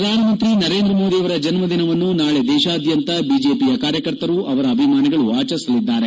ಪ್ರಧಾನಮಂತ್ರಿ ನರೇಂದ್ರಮೋದಿಯವರ ಜನ್ನದಿನವನ್ನು ನಾಳೆ ದೇಶಾದ್ಯಂತ ಬಿಜೆಪಿಯ ಕಾರ್ಯಕರ್ತರು ಅವರ ಅಭಿಮಾನಿಗಳು ಆಚರಿಸಲಿದ್ದಾರೆ